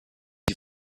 die